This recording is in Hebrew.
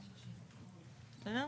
בסדר?